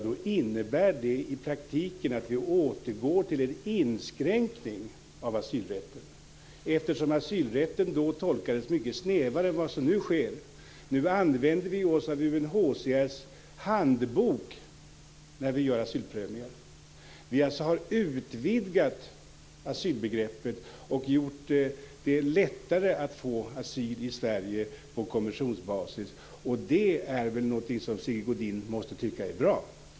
Det skulle i praktiken innebära att vi återgår till en inskränkning av asylrätten, eftersom asylrätten då tolkades mycket snävare än vad som nu sker. Nu använder vi oss av UNHCR:s handbok när vi gör asylprövningar. Vi har alltså utvidgat asylbegreppet och gjort det lättare att få asyl i Sverige på konventionsbasis. Det är väl något som Sigge Godin måste tycka är bra.